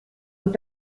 und